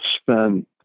spend